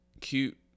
cute